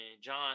John